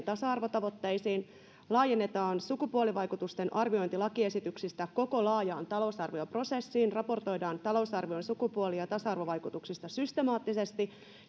tasa arvotavoitteisiin laajennetaan sukupuolivaikutusten arviointi lakiesityksistä koko laajaan talousarvioprosessiin raportoidaan talousarvion sukupuoli ja tasa arvovaikutuksista systemaattisesti